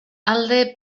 alde